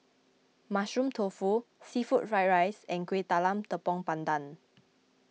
Mushroom Tofu Seafood Fried Rice and Kuih Talam Tepong Pandan